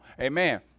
Amen